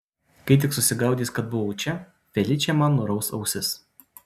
kai tik susigaudys kad buvau čia feličė man nuraus ausis